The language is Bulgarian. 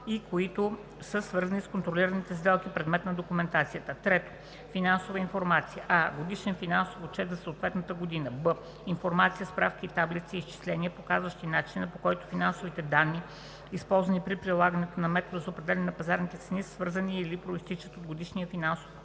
и които са свързани с контролираните сделки – предмет на документацията; 3. финансова информация: а) годишен финансов отчет за съответната година; б) информация (справки и таблици) и изчисления, показващи начина, по който финансовите данни, използвани при прилагането на метода за определяне на пазарните цени, са свързани със или произтичат от годишния финансов отчет;